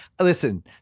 Listen